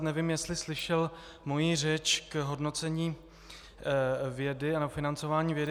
Nevím, jestli slyšel moji řeč k hodnocení vědy a k financování vědy.